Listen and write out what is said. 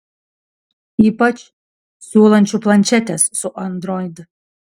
ypač siūlančių planšetes su android